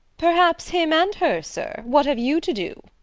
perhaps him and her, sir what have you to do?